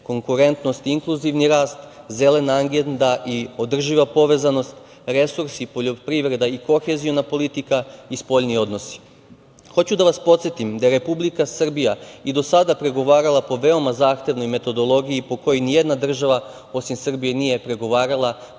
konkurentnost i inkluzivni rast, zelena agenda i održiva povezanost, resursi, poljoprivreda i koheziona politika i spoljni odnosi. Hoću da vas podsetim da je Republika Srbija i do sada pregovarala po veoma zahtevnoj metodologiji, po kojoj nijedna država osim Srbije nije pregovarala,